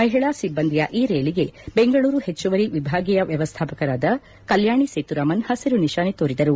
ಮಹಿಳಾ ಸಿಬ್ಲಂದಿಯ ಈ ರೈಲಿಗೆ ಬೆಂಗಳೂರು ಹೆಚ್ಚುವರಿ ವಿಭಾಗೀಯ ವ್ಯವಸ್ಟಾಪಕರಾದ ಕಲ್ಯಾಣಿ ಸೇತುರಾಮನ್ ಹಸಿರು ನಿಶಾನೆ ತೋರಿದರು